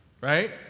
right